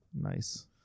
Nice